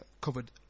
covered